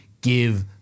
Give